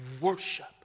worship